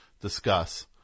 discuss